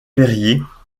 périer